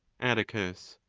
atticus.